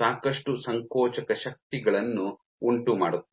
ಸಾಕಷ್ಟು ಸಂಕೋಚಕ ಶಕ್ತಿಗಳನ್ನು ಉಂಟುಮಾಡುತ್ತದೆ